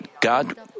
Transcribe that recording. God